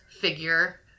figure